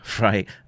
right